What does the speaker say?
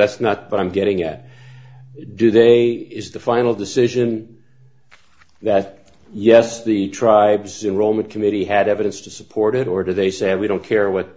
that's not but i'm getting at do they is the final decision yes the tribes your old committee had evidence to support it or do they say we don't care what